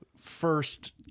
first